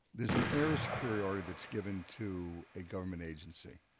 there's an air of superiority that's given to a government agency.